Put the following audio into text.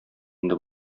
инде